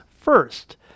first